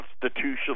constitutional